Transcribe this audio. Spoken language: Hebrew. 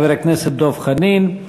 חבר הכנסת דב חנין,